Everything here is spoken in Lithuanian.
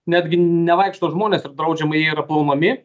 netgi nevaikšto žmonės ir draudžiama jie yra plaunami